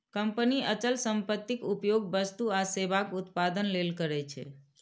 company अचल संपत्तिक उपयोग वस्तु आ सेवाक उत्पादन लेल करै छै